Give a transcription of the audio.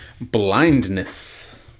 Blindness